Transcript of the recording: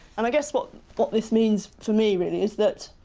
and i guess what what this means for me, really, is that.